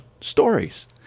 stories